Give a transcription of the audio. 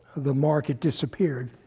the market disappeared,